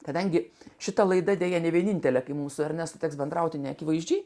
kadangi šita laida deja ne vienintelė kai mūsų ar nes teks bendrauti neakivaizdžiai